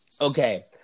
Okay